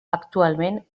actualment